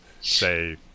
say